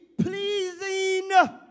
pleasing